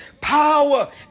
Power